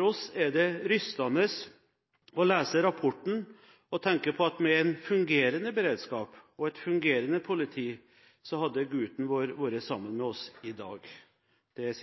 oss er det rystande å lese rapporten og tenke på at med ein fungerande beredskap og eit fungerande politi så hadde «guten vår» vore saman med oss i dag.» Jeg